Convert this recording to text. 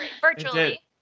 Virtually